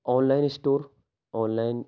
on line store on line